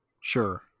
sure